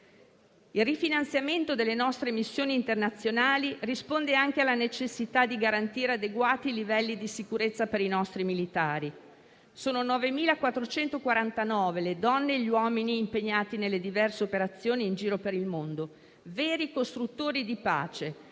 Il rifinanziamento delle nostre missioni internazionali risponde anche alla necessità di garantire adeguati livelli di sicurezza per i nostri militari. Sono 9.449 le donne e gli uomini impegnati nelle diverse operazioni in giro per il mondo, veri costruttori di pace